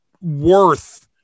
worth –